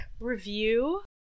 review